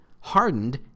hardened